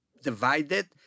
divided